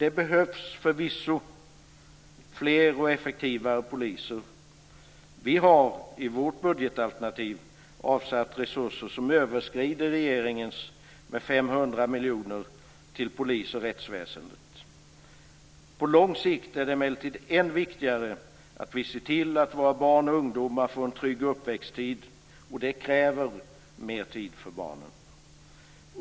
Det behövs förvisso fler och effektivare poliser. I vårt budgetalternativ har vi avsatt resurser som överskrider regeringens med 500 miljoner till polis och rättsväsendet. På lång sikt är det emellertid än viktigare att vi ser till att våra barn och ungdomar får en trygg uppväxttid, och det kräver mer tid för barnen.